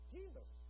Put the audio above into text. Jesus